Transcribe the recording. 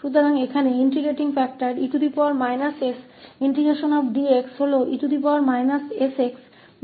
तो यहाँ समाकलन कारक e s∫ 𝑑𝑥 है e sxजो समाकलन कारक है